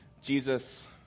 Jesus